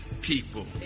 people